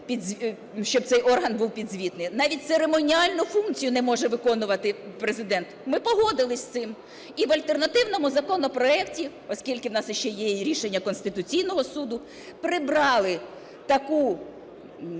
щоб цей орган був підзвітний, навіть церемоніальну функцію не може виконувати Президент. Ми погодилися з цим. І в альтернативному законопроекті, оскільки у нас ще є і рішення Конституційного Суду, прибрали такий